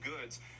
goods